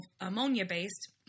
ammonia-based